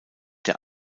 der